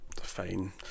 Fine